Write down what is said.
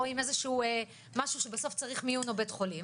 או עם איזה שהוא משהו שבסוף צריך מיון או בית חולים,